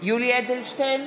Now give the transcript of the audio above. יולי יואל אדלשטיין,